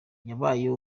yabaye